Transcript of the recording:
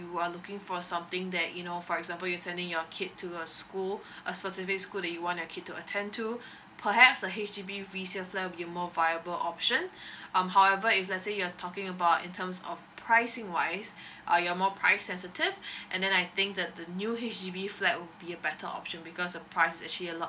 you are looking for something that you know for example you sending your kid to a school a specific school that you want your kid to attend to perhaps a H_D_B resale flat will be more viable option um however if let's say you're talking about in terms of pricing wise uh you're more price sensitive and then I think that the the new H_D_B flat would be a better option because a price actually a lot